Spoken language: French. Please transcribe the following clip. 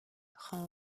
rend